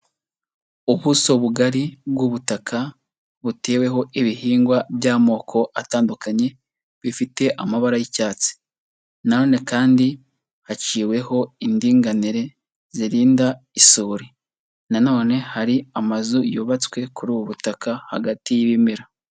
Ubuso bugari bw'ubutaka buteweho ibihingwa by'amoko atandukanye, bifite amabara y'icyatsi na none kandi haciweho indinganire zirinda isuri, na none hari amazu yubatswe kuri ubu butaka hagati y'ibimera.